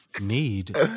need